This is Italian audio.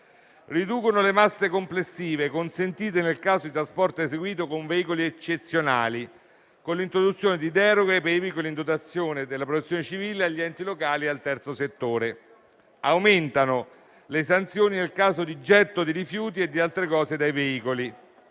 riducono le masse complessive consentite nel caso di trasporto eseguito con veicoli eccezionali, con l'introduzione di deroghe per i veicoli in dotazione della Protezione civile agli enti locali e al terzo settore; aumentano le sanzioni nel caso di getto di rifiuti e di altre cose dai veicoli;